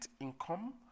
income